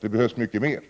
Det behövs mycket mer.